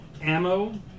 ammo